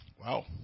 Wow